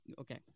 Okay